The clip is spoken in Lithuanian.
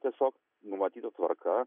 tiesiog numatyta tvarka